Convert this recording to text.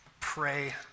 pray